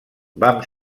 vam